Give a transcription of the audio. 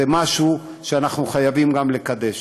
זה משהו שאנחנו חייבים לקדש.